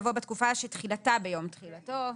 יבוא בתקופה שתחילתה ביום תחילתו.